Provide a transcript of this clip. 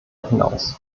hinaus